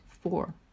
Four